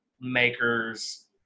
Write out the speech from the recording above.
makers